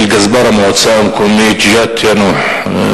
של גזבר המועצה המקומית יאנוח-ג'ת.